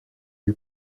lui